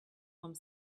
home